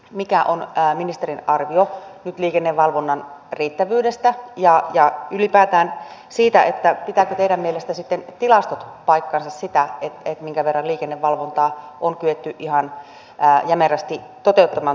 mikä on ministerin arvio nyt liikennevalvonnan riittävyydestä ja ylipäätään siitä pitävätkö teidän mielestänne sitten tilastot paikkansa siitä minkä verran liikennevalvontaa on kyetty ihan jämerästi toteuttamaan tuolla tien päällä